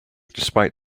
despite